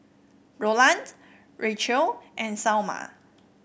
Roland Racheal and Salma